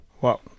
Wow